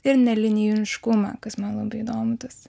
ir nelinijiškumą kas man labai įdomu tas